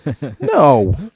no